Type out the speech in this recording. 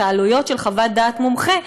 את העלויות של חוות דעת מומחה,